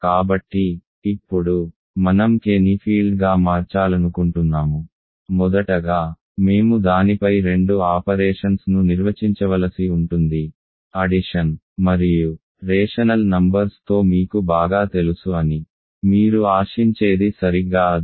కాబట్టి ఇప్పుడు మనం K ని ఫీల్డ్గా మార్చాలనుకుంటున్నాము మొదటగా మేము దానిపై రెండు ఆపరేషన్స్ ను నిర్వచించవలసి ఉంటుంది అడిషన్ మరియు రేషనల్ నంబర్స్ తో మీకు బాగా తెలుసు అని మీరు ఆశించేది సరిగ్గా అదే